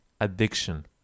Addiction